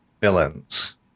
villains